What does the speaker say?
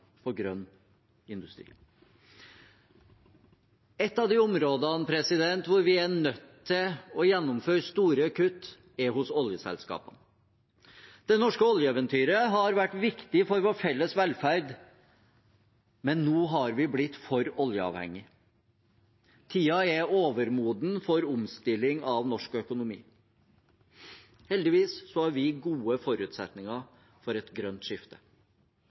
grønn industri. Et av de områdene hvor vi er nødt til å gjennomføre store kutt, er hos oljeselskapene. Det norske oljeeventyret har vært viktig for vår felles velferd, men nå har vi blitt for oljeavhengig. Tiden er overmoden for omstilling av norsk økonomi. Heldigvis har vi gode forutsetninger for et grønt skifte.